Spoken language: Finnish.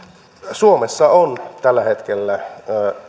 suomessa on tällä hetkellä